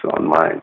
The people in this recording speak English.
online